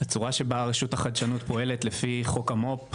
הצורה שבה הרשות לחדשנות פועלת לפי חוק המו"פ,